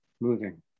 moving